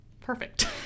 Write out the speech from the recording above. perfect